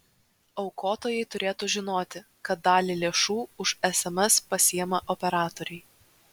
aukotojai turėtų žinoti kad dalį lėšų už sms pasiima operatoriai